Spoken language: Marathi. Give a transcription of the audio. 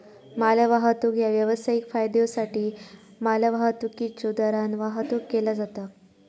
मालवाहतूक ह्या व्यावसायिक फायद्योसाठी मालवाहतुकीच्यो दरान वाहतुक केला जाता